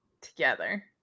together